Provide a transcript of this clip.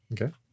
Okay